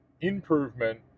improvement